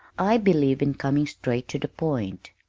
i believe in coming straight to the point.